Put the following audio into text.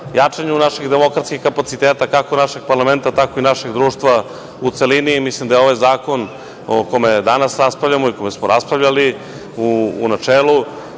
jačanju naših demokratskih kapaciteta, kako našeg parlamenta, tako i našeg društva u celini i mislim da je ovaj zakon o kome danas raspravljamo i o kome smo raspravljali u načelu,